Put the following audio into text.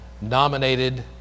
nominated